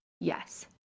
Yes